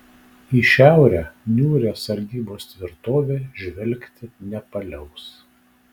į šiaurę niūrią sargybos tvirtovė žvelgti nepaliaus